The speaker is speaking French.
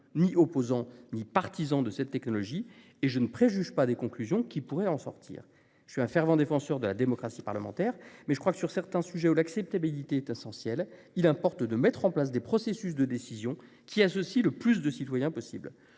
opposants ou partisans de cette technologie et je ne préjuge pas des conclusions qui pourraient en sortir. Je suis un fervent défenseur de la démocratie parlementaire, mais je crois que, sur certains sujets pour lesquels l'acceptabilité est essentielle, il importe de mettre en place des processus de décision associant le plus grand nombre possible